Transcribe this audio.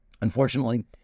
Unfortunately